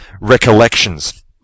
recollections